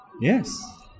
Yes